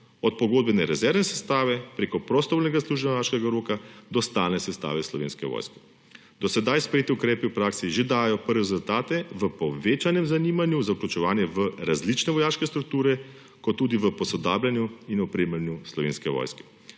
od pogodbene rezervne sestave prek prostovoljnega služenja vojaškega roka do stalne sestave Slovenske vojske. Do sedaj sprejeti ukrepi v praksi že dajejo prve rezultate v povečanem zanimanju za vključevanje v različne vojaške strukture ter tudi v posodabljanju in opremljanju Slovenske vojske.